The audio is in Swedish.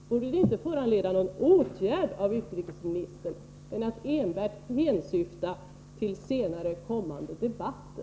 Borde det inte föranleda någon annan åtgärd från utrikesministern än enbart en hänvisning till kommande debatter?